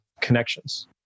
connections